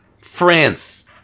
France